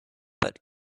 but